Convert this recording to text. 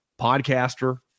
podcaster